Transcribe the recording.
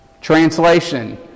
Translation